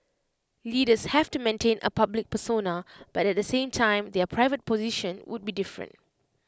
leaders have to maintain A public persona but at the same time their private position would be different